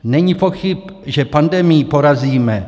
Není pochyb, že pandemii porazíme.